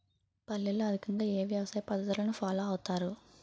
పల్లెల్లో అధికంగా ఏ వ్యవసాయ పద్ధతులను ఫాలో అవతారు?